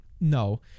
no